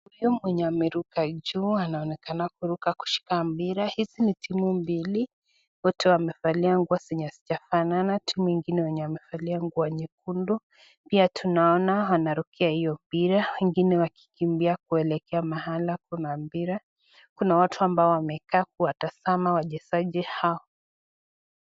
Huyu mwenye ameruka juu anaonekana kuruka kushika mpira, hizi ni timu mbili, wote wamevalia nguo zenye hazijafanana, timu ingine yenye wamevalia nguo nyekundu, pia tunaona wanarukia hiyo mpira. Wengine wakikimbia kuelekea mahala kuna mpira, kuna watu ambao wamekaa kuwatazama wachezaji hao.